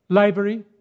library